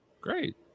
great